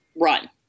run